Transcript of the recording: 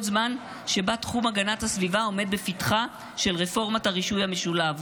זמן שבה תחום הגנת הסביבה עומד בפתחה של רפורמת הרישוי המשולב.